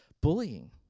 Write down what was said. bullying